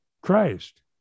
Christ